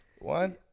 One